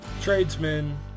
Tradesmen